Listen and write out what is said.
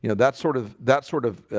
you know that's sort of that sort of